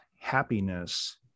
happiness